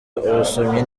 abasomyi